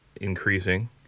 increasing